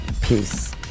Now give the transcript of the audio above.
Peace